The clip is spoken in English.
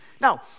Now